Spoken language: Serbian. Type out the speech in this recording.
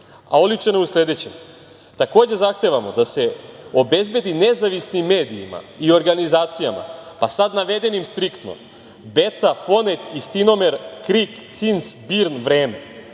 a oličeno je u sledećem – takođe zahtevamo da se obezbedi nezavisnim medijima i organizacijama, pa sada navedenim striktno, Beta, FoNet, Istinomer, KRIK, CINS, BIRN, Vreme,